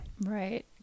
Right